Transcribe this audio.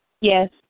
Yes